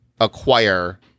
acquire